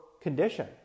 condition